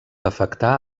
afectar